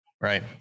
Right